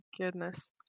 goodness